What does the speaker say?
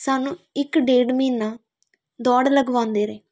ਸਾਨੂੰ ਇੱਕ ਡੇਢ ਮਹੀਨਾ ਦੌੜ ਲਗਵਾਉਂਦੇ ਰਹੇ